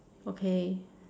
okay